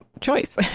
choice